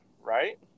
right